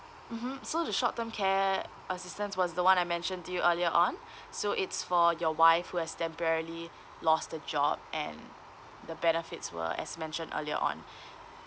mmhmm so the short term care assistance was the one I mentioned to you earlier on so it's for your wife who has temporarily lost her job and the benefits were as mentioned earlier on